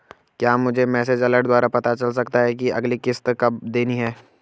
क्या मुझे message alert द्वारा पता चल सकता कि अगली किश्त कब देनी है?